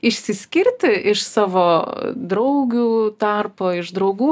išsiskirti iš savo draugių tarpo iš draugų